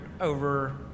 over